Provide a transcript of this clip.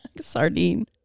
sardine